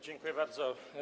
Dziękuję bardzo.